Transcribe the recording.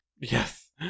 Yes